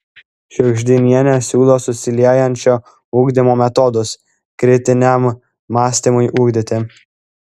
šiugždinienė siūlo susiliejančio ugdymo metodus kritiniam mąstymui ugdyti